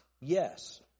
yes